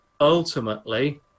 ultimately